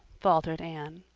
faltered anne.